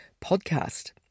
podcast